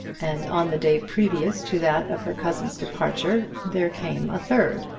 and on the day previous to that of her cousin's departure there came a third.